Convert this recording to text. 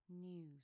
news